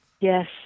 Yes